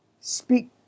Speak